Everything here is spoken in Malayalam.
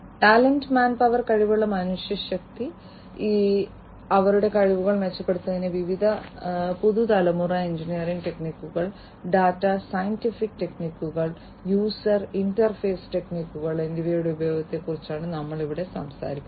ടാലന്റ് മാൻ പവർ കഴിവുള്ള മനുഷ്യശക്തി അവരുടെ കഴിവുകൾ മെച്ചപ്പെടുത്തുന്നതിന് വിവിധ പുതുതലമുറ എഞ്ചിനീയറിംഗ് ടെക്നിക്കുകൾ ഡാറ്റാ സയന്റിഫിക് ടെക്നിക്കുകൾ യൂസർ ഇന്റർഫേസ് ടെക്നിക്കുകൾ എന്നിവയുടെ ഉപയോഗത്തെക്കുറിച്ചാണ് ഇവിടെ നമ്മൾ സംസാരിക്കുന്നത്